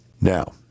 Now